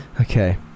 Okay